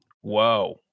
Whoa